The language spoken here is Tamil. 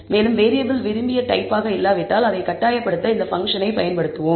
மேலும் வேறியபிள் விரும்பிய டைப் ஆக இல்லாவிட்டால் அதை கட்டாயப்படுத்த இந்த பங்க்ஷனை பயன்படுத்துவோம்